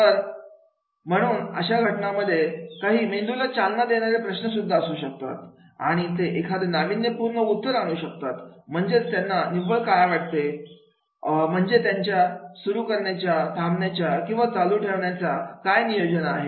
तर म्हणून अशा घटनांमध्ये काही मेंदूला चालना देणारे प्रश्न सुद्धा असू शकतात आणि ते एखादं नाविन्यपूर्ण उत्तर आणू शकतात म्हणजेच त्यांना निव्वळ काय वाटते म्हणजे त्यांच्या सुरू करण्याचा थांबण्याचा किंवा चालू ठेवण्याचा काय नियोजन आहे